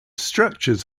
structures